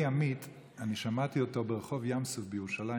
ימית אני שמעתי אותו ברחוב ים סוף בירושלים,